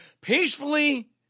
Peacefully